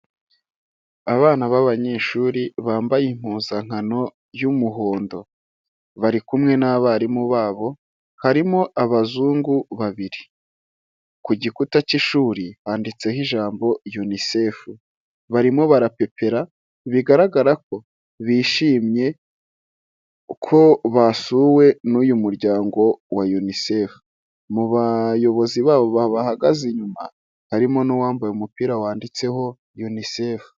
Abana b'abanyeshuri bambaye impuzankano y'umuhondo bari kumwe n'abarimu babo harimo abazungu babiri ku gikuta cy'ishuri handitseho ijambo unisefu barimo barapepera bigaragara ko bishimye uko basuwe n'uyu muryango wa unisefu mu bayobozi babo bahagaze inyuma harimo n'uwambaye umupira wanditseho unisefu.